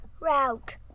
route